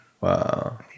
Wow